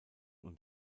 und